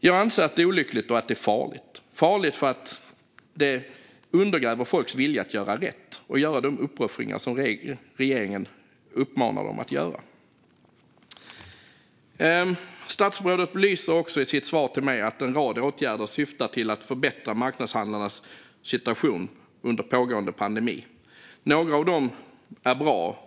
Det anser jag är olyckligt och farligt - farligt för att det undergräver folks vilja att göra rätt och göra de uppoffringar som regeringen uppmanar dem att göra. Statsrådet belyser också i sitt svar till mig en rad åtgärder som syftar till att förbättra marknadshandlarnas situation under pågående pandemi. Några av dem är bra.